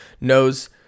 knows